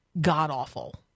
god-awful